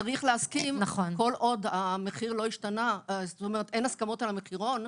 כל עוד אין הסכמות על המחירון,